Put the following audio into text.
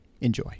Enjoy